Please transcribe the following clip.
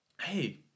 hey